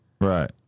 Right